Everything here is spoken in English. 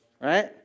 Right